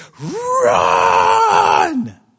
run